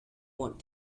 want